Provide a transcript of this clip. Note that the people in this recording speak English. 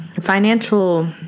Financial